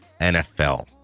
NFL